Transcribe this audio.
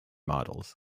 models